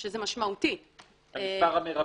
שזה משמעותי את המספר המרבי.